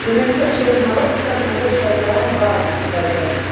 کُلٮ۪ن پٮ۪ٹھ چھِ أسۍ مطلب اُکس منزے ٹھیٚکہٕ کران باغ وٕچھتِھ حظ سر